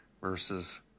versus